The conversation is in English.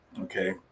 okay